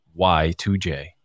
Y2J